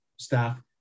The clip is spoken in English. staff